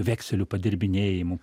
vekselių padirbinėjimu